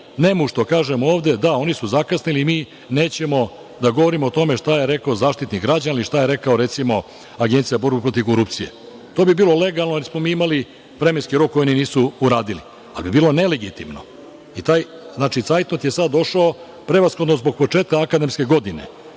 nemušto kažemo ovde – da, oni su zakasnili, mi nećemo da govorimo o tome šta je rekao Zaštitnik građana, ili šta je rekla, recimo Agencija za borbu protiv korupcije. To bi bilo legalno, jer smo mi imali vremenski rok, a oni nisu uradili, ali bi bilo nelegitimno i taj cajtnotu je sada došao prevshodno zbog početka akademske godine